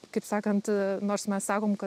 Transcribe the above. kaip sakant nors mes sakom ka